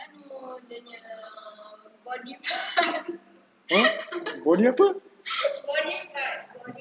!huh! body apa